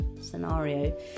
scenario